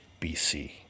BC